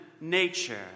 nature